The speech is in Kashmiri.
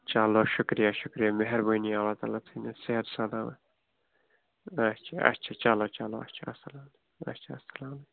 چلو شُکریہ شُکریہ مہربٲنی اللہ تعالیٰ تھٲینو صحت سلامت اچھا اچھا چلو چلو اچھا اَلسلامُ اچھا اَلسلام